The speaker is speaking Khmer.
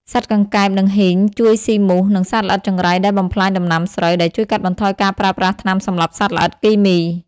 សត្វកង្កែប និងហ៊ីង ជួយស៊ីមូស និងសត្វល្អិតចង្រៃដែលបំផ្លាញដំណាំស្រូវ ដែលជួយកាត់បន្ថយការប្រើប្រាស់ថ្នាំសម្លាប់សត្វល្អិតគីមី។